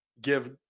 give